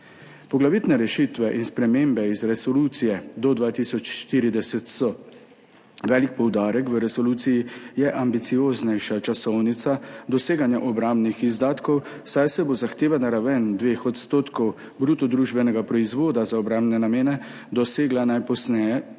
Poglavitne rešitve in spremembe iz resolucije do 2040: Velik poudarek resolucije je ambicioznejša časovnica doseganja obrambnih izdatkov, saj se bo zahtevana raven 2 % bruto družbenega proizvoda za obrambne namene dosegla najpozneje